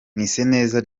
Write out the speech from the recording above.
mwiseneza